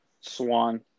Swan